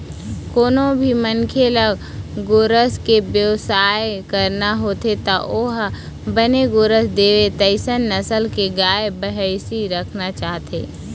कोनो भी मनखे ल गोरस के बेवसाय करना होथे त ओ ह बने गोरस देवय तइसन नसल के गाय, भइसी राखना चाहथे